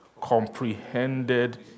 Comprehended